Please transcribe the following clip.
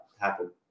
happen